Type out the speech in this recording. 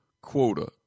quota